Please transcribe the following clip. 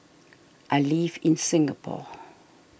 I live in Singapore